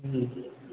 हूँ